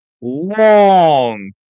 long